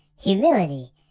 humility